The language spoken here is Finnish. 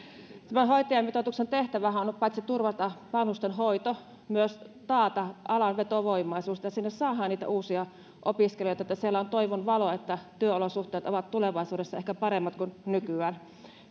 tämän hoitajamitoituksen tehtävähän on on paitsi turvata vanhustenhoito myös taata alan vetovoimaisuus että sinne saadaan niitä uusia opiskelijoita että siellä on toivon valoa että työolosuhteet ovat tulevaisuudessa ehkä paremmat kuin nykyään